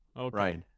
Right